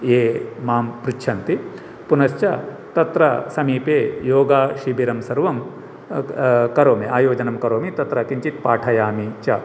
ये मां पृच्छन्ति पुनश्च तत्र समीपे योगा शिबिरं सर्वं करोमि आयोजनं करोमि तत्र किञ्चित् पाठयामि च